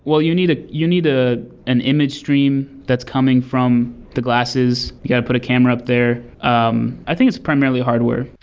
well, you need ah you need ah an image stream that's coming from the glasses. you got to put a camera up there. um i think it's primarily hardware.